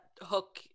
hook